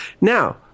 Now